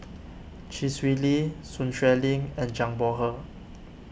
Chee Swee Lee Sun Xueling and Zhang Bohe